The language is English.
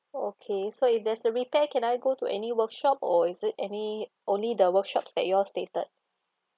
okay so if there's a repair can I go to any workshop or is it any only the workshops that you all stated